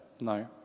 No